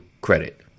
credit